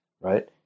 right